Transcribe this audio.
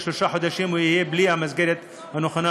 שלושה חודשים הוא יהיה בלי המסגרת הנכונה.